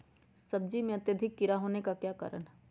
सब्जी में अत्यधिक कीड़ा होने का क्या कारण हैं?